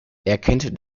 erkennt